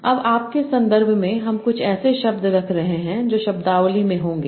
अब आपके संदर्भ में हम कुछ ऐसे शब्द रख रहे हैं जो शब्दावली में होंगे